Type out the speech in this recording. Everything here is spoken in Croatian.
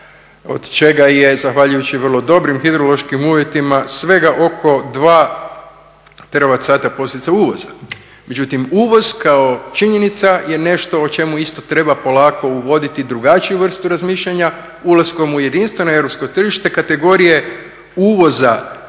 od čega je zahvaljujući vrlo dobrim hidrološkim uvjetima svega oko 2 teravat sata posljedica uvoza. Međutim, uvoz kao činjenica je nešto o čemu isto treba polako uvoditi drugačiju vrstu razmišljanja. Ulaskom u jedinstveno europsko tržište kategorije uvoza